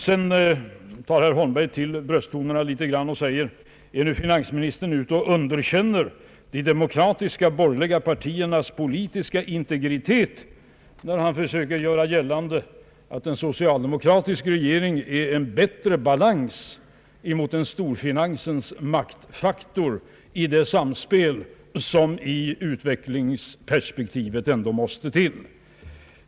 Sedan tar herr Holmberg i någon mån till brösttonerna och frågar: Är finansministern nu ute och underkänner de demokratiska borgerliga partiernas integritet när han försöker göra gällande att en socialdemokratisk regering är en bättre balans mot en storfinansens maktfaktor i det samspel som i utvecklingsperspektivet ändå måste till?